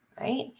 Right